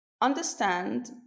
Understand